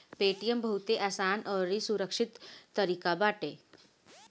Paytm बहुते आसान अउरी सुरक्षित तरीका बाटे